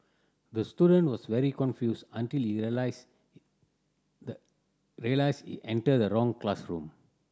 the student was very confused until he realised realised he entered the wrong classroom